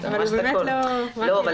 אנחנו לא נספיק.